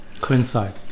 coincide